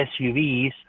SUVs